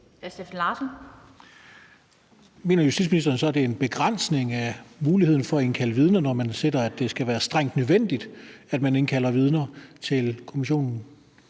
Mener justitsministeren så, at det er en begrænsning af muligheden for at indkalde vidner, når man sætter, at det skal være strengt nødvendigt, at man indkalder vidner til kommissionen?